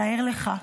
תאר לך.